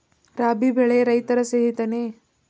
ರಾಬಿ ಬೆಳೆ ರೈತರ ಸ್ನೇಹಿತನೇ?